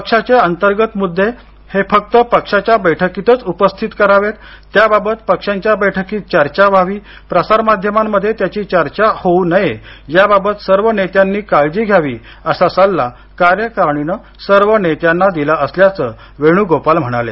पक्षाचे अंतर्गत मुद्दे हे फक्त पक्षाच्या बैठकीतच उपस्थित करावेत त्याबाबत पक्षाच्या बैठकीत चर्चा व्हावी प्रसार माध्यमांमध्ये त्याची चर्चा होऊ नये याबाबत सर्व नेत्यांनी काळजी घ्यावी असा सल्ला कार्यकारीणीनं सर्व नेत्यांना दिला असल्याचं वेण्गोपाल म्हणाले